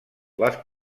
les